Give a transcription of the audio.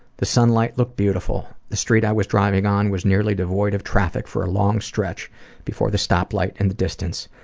the sunlight looked beautiful. the street i was driving on was nearly devoid of traffic for a long stretch before the stoplight in the distance.